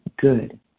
good